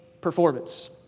performance